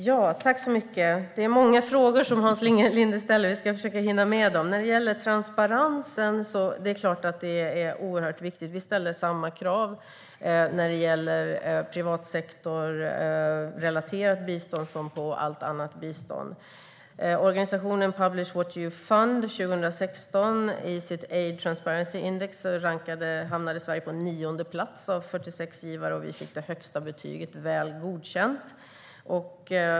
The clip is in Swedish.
Herr talman! Hans Linde ställer många frågor. Jag ska försöka hinna med dem. Transparens är mycket viktigt. Vi ställer samma krav på privatsektorrelaterat bistånd som på allt annat bistånd. När organisationen Publish What You Fund kom med sitt aid transparency index 2016 hamnade Sverige på nionde plats av 46 givare, och vi fick högsta betyget väl godkänd.